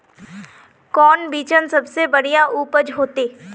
कौन बिचन सबसे बढ़िया उपज होते?